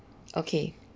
okay